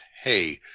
hey